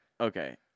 Okay